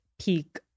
peak